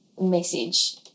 message